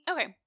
Okay